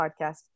podcast